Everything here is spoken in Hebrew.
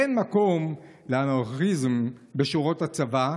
אין מקום לאנרכיזם בשורות הצבא.